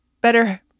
better